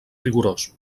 rigorós